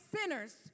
sinners